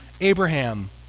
Abraham